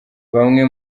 bamwe